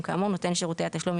לרבות לעניין קוד הזיהוי הייחודי של